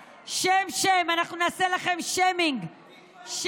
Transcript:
שם, שם, אנחנו נעשה לכן שיימינג בתקשורת.